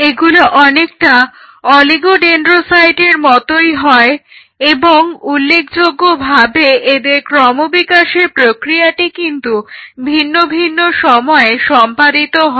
এগুলো অনেকটা অলিগোডেন্ড্রোসাইটের মতই হয় এবং উল্লেখযোগ্যভাবে এদের ক্রমবিকাশের প্রক্রিয়াটি কিন্তু ভিন্ন ভিন্ন সময়ে সম্পাদিত হয়